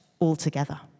altogether